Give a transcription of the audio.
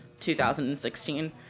2016